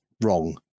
wrong